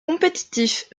compétitif